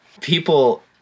people